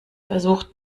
versucht